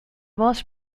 most